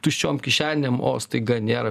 tuščiom kišenėm o staiga nėra